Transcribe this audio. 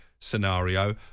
scenario